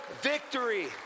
victory